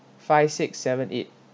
five six seven eight